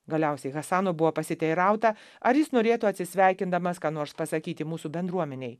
galiausiai hasano buvo pasiteirauta ar jis norėtų atsisveikindamas ką nors pasakyti mūsų bendruomenei